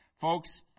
Folks